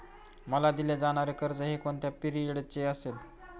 मला दिले जाणारे कर्ज हे कोणत्या पिरियडचे असेल?